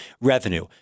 revenue